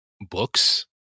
books